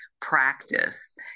practice